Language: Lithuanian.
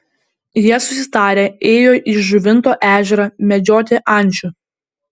jie susitarę ėjo į žuvinto ežerą medžioti ančių